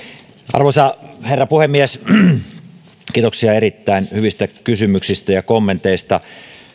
arvoisa herra puhemies kiitoksia hyvästä lähtökohdasta kiitoksia erittäin hyvistä kysymyksistä ja kommenteista